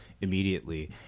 immediately